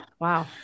Wow